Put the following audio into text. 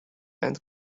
and